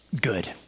good